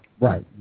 Right